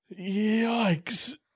Yikes